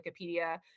Wikipedia